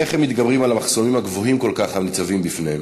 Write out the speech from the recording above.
איך הם מתגברים על המחסומים הגבוהים כל כך הניצבים בפניהם.